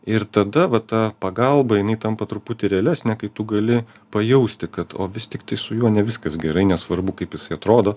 ir tada va ta pagalba jinai tampa truputį realesnė kai tu gali pajausti kad o vis tiktai su juo ne viskas gerai nesvarbu kaip jisai atrodo